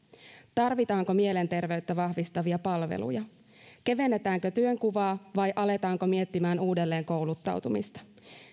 tarvitaanko mielenterveyttä vahvistavia palveluja kevennetäänkö työnkuvaa vai aletaanko miettimän uudelleenkouluttautumista